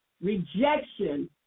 Rejection